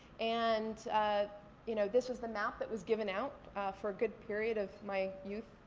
and you know this was the map that was given out for a good period of my youth,